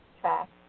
track